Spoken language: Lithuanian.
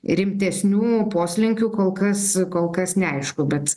rimtesnių poslinkių kol kas kol kas neaišku bet